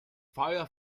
feuer